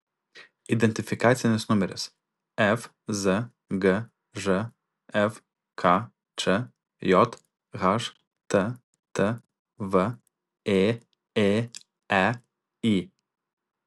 identifikacinis numeris fzgž fkčj httv ėėei